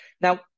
Now